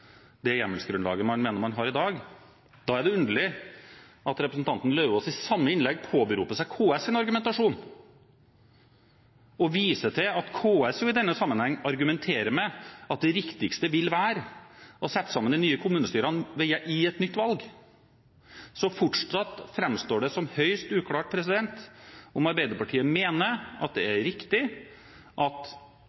det hjemmelsgrunnlaget man mener man har i dag, er det underlig at representanten Lauvås i samme innlegg påberoper seg KS’ argumentasjon og viser til at KS i denne sammenhengen argumenterer med at det riktigste vil være å sette sammen de nye kommunestyrene i et nytt valg. Det framstår fortsatt som høyst uklart om Arbeiderpartiet mener at det